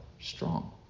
strong